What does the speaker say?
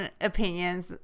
opinions